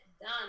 done